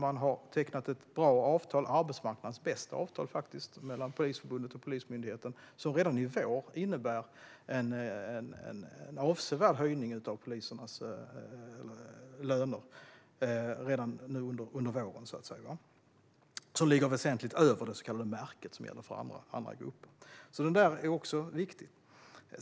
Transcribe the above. Man har tecknat ett bra avtal, arbetsmarknadens bästa faktiskt, mellan Polisförbundet och Polismyndigheten som redan i vår innebär en avsevärd höjning av polisernas löner. Det gör att de ligger väsentligt över det så kallade märket som gäller för andra grupper. Det är också viktigt.